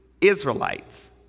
Israelites